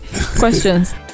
questions